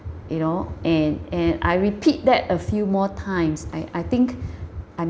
you know and and I repeat that a few more times I I think I